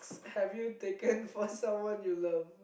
have you taken for someone you love